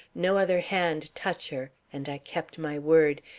no other hand touch her, and i kept my word,